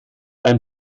ein